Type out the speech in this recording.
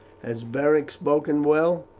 has beric spoken well?